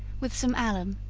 with some alum